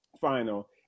final